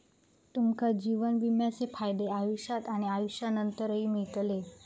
तुमका जीवन विम्याचे फायदे आयुष्यात आणि आयुष्यानंतरही मिळतले